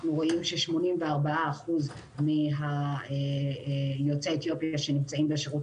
אנחנו רואים ש-84% מיוצאי אתיופיה שנמצאים בשירות